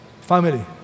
family